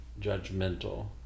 judgmental